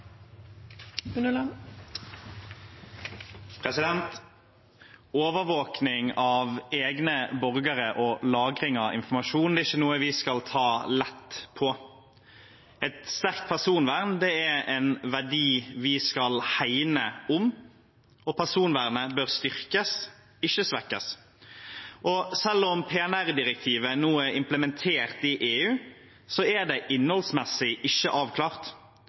ikke noe vi skal ta lett på. Et sterkt personvern er en verdi vi skal hegne om, og personvernet bør styrkes, ikke svekkes. Selv om PNR-direktivet nå er implementert i EU, er det innholdsmessig ikke avklart,